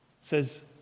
says